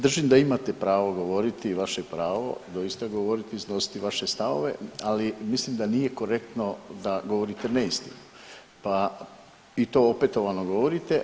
Držim da imate pravo govoriti i vaše pravo doista govoriti i iznositi vaše stavove, ali mislim da nije korektno da govorite neistinu, pa i to opetovano govorite.